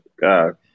God